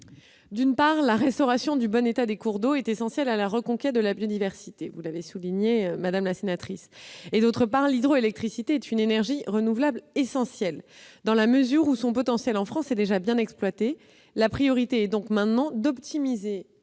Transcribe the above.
D'une part, la restauration du bon état des cours d'eau est essentielle à la reconquête de la biodiversité. D'autre part, l'hydroélectricité est une énergie renouvelable essentielle. Dans la mesure où son potentiel en France est déjà bien exploité, la priorité est donc désormais d'optimiser